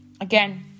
again